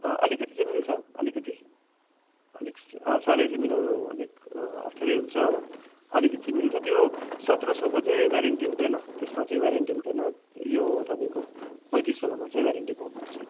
अँ अलिकति चाहिँ मिल्छ अलिकति अलिक साह्रै चाहिँ मिलाउनु अलिक अप्ठ्यारै हुन्छ हो अलिकति मिल्छ त्यो सत्र सौको चाहिँ वारन्टी हुँदैन त्यसमा चाहिँ वारन्टी हुँदैन यो तपाईँको पैँतिस वालामा चाहिँ तपाईँको वारन्टी पाउनुहुन्छ